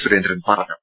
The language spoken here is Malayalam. സുരേന്ദ്രൻ പറഞ്ഞു